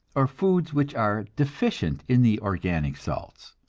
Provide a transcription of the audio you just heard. or foods which are deficient in the organic salts.